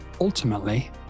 Ultimately